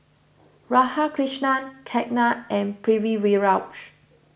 Radhakrishnan Ketna and Pritiviraj